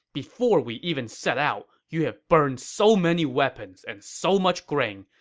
before we even set out, you have burned so many weapons and so much grain,